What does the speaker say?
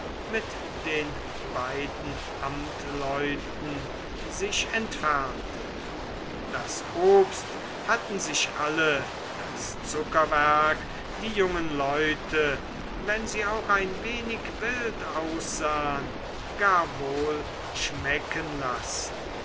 mit den beiden amtleuten sich entfernte das obst hatten sich alle das zuckerwerk die jungen leute wenn sie auch ein wenig wild aussahen gar wohl schmecken lassen